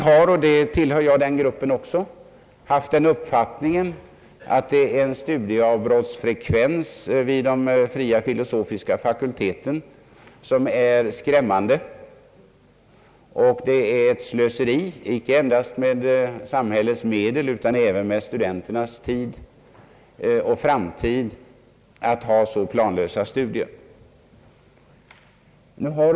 Jag tillhör dem som anser att studieavbrottens frekvens vid de fria filosofiska fakulteterna varit skrämmande stor och att det är ett slöseri icke endast med samhällets medel utan även med studenternas tid och framtid att ha så planlösa studier.